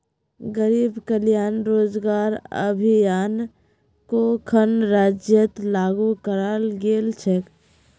गरीब कल्याण रोजगार अभियान छो खन राज्यत लागू कराल गेल छेक